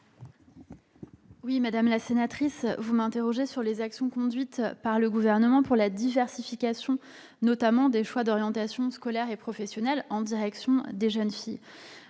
Madame la sénatrice, vous m'interrogez sur les actions conduites par le Gouvernement pour la diversification des choix d'orientation scolaire et professionnelle en direction des jeunes filles.